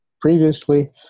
previously